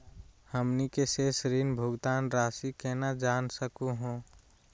हमनी के शेष ऋण भुगतान रासी केना जान सकू हो?